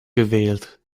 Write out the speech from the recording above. gewählt